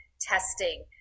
testing